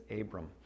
Abram